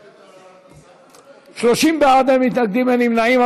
30 בעד, אין מתנגדים, אין נמנעים.